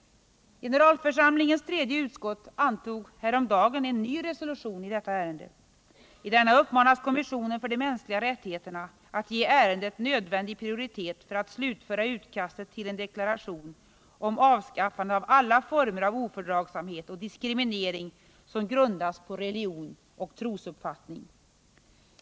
Generalförsamlingens tredje utskott antog häromdagen en ny resolution i detta ärende. I denna uppmanas kommissionen för de mänskliga rättigheterna att ge ärendet nödvändig prioritet för att slutföra utkastet till en deklaration om avskaffande av alla former av ofördragsamhet och diskriminering som grundas på religion eller trosuppfattning.